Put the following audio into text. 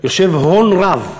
יושב הון רב,